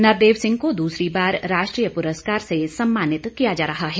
नरदेव सिंह को दूसरी बार राष्ट्रीय पुरस्कार से सम्मानित किया जा रहा है